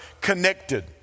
connected